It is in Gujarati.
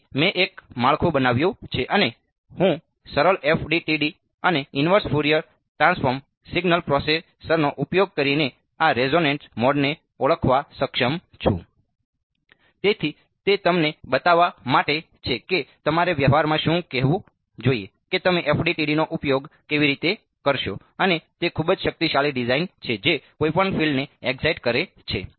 તેથી મેં એક માળખું બનાવ્યું છે અને હું સરળ FDTD અને ઇન્વર્સ ફોરિયર ટ્રાન્સફોર્મ સિગ્નલ પ્રોસેસરનો ઉપયોગ કરીને આ રેઝોનન્ટ મોડ્સને ઓળખવા સક્ષમ છું તેથી તે તમને બતાવવા માટે છે કે તમારે વ્યવહારમાં શું કહેવું જોઈએ કે તમે FDTD નો ઉપયોગ કેવી રીતે કરશો અને તે ખૂબ જ શક્તિશાળી ડિઝાઇન છે જે કોઈપણ ફિલ્ડ્સને એક્સાઈટ કરે છે